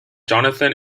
jonathan